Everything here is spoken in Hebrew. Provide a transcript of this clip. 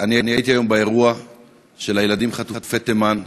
אני הייתי היום באירוע של הילדים חטופי תימן.